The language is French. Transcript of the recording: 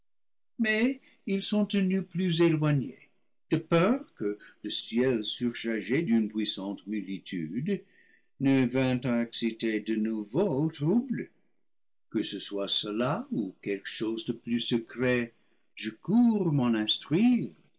mais ils sont tenus plus éloignés de peur que le ciel surchargé d'une puissante multitude ne vînt à exciter de nouveaux troubles que ce soit cela ou quelque chose de plus secret je cours m'en instruire